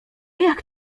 jak